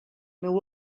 meu